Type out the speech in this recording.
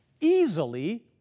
easily